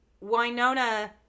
Winona